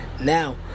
Now